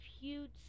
huge